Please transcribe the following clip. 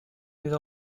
mes